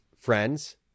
friends